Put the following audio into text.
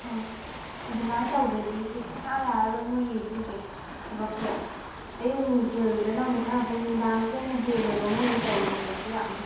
ꯍꯣꯏ ꯑꯗꯨꯃꯥꯏꯅ ꯇꯧꯗ꯭ꯔꯗꯤ ꯏꯆꯦ ꯁꯨꯛꯌꯥ ꯌꯥꯔꯔꯣꯏ ꯃꯈꯣꯏꯒꯤ ꯁꯤꯁꯦ ꯊꯕꯛꯁꯦ ꯑꯌꯨꯛ ꯅꯨꯡꯊꯤꯜꯗꯅ ꯑꯃꯨꯛ ꯈꯔ ꯐꯩ ꯅꯨꯡꯗꯥꯡꯁꯤꯗꯅ ꯍꯦꯜꯂꯦꯕ ꯃꯈꯣꯏꯒꯤ ꯇꯧꯔꯤꯕ ꯊꯕꯛꯁꯦ ꯌꯥꯝꯅ